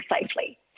safely